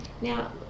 now